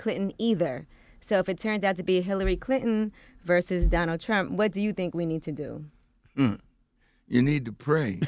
clinton either so if it turns out to be hillary clinton versus donald trump what do you think we need to do you need to